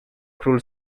król